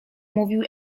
mówił